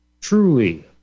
truly